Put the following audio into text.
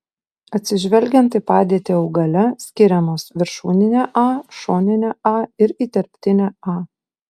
atsižvelgiant į padėtį augale skiriamos viršūninė a šoninė a ir įterptinė a